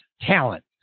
talent